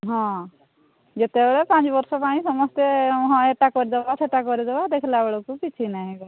ହଁ ଯେତେବେଳେ ପାଞ୍ଚ ବର୍ଷ ପାଇଁ ସମସ୍ତେ ହଁ ଏଟା କରିଦେବା ସେଟା କରିଦେବା ଦେଖିଲା ବେଳକୁ କିଛି ନାହିଁ